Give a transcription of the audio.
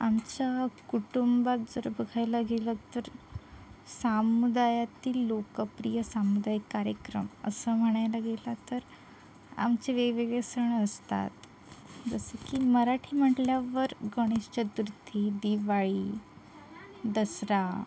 आमच्या कुटुंबात जर बघायला गेलंत तर सामुदायातील लोकप्रिय सामुदायिक कार्यक्रम असं म्हणायला गेलात तर आमचे वेगवेगळे सण असतात जसं की मराठी म्हटल्यावर गणेश चतुर्थी दिवाळी दसरा